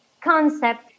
concept